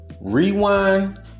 rewind